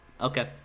Okay